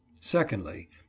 Secondly